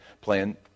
playing